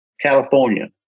California